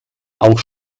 auch